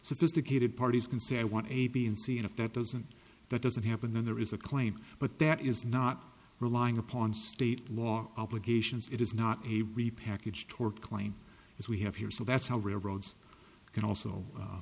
sophisticated parties can say i want a b and c and if that doesn't that doesn't happen then there is a claim but that is not relying upon state law obligations it is not a repackaged tort claim as we have here so that's how railroads can also